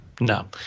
No